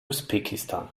usbekistan